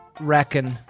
reckon